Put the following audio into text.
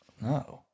no